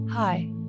Hi